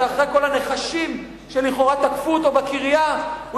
ואחרי כל הנחשים שלכאורה תקפו אותו בקריה הוא